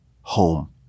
home